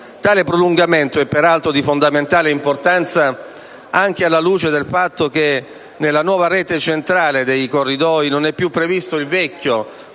Tale prolungamento è peraltro di fondamentale importanza anche alla luce del fatto che, nella nuova rete centrale dei corridoi, non è più previsto il famoso